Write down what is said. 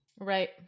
Right